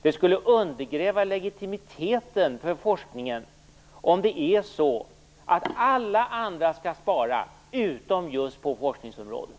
Det skulle undergräva legitimiteten för forskningen om det är så att det skall sparas på alla andra områden utom just forskningsområdet.